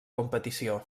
competició